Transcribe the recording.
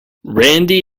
randy